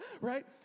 Right